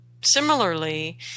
Similarly